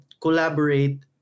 collaborate